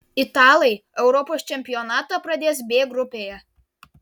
italai europos čempionatą pradės b grupėje